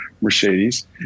Mercedes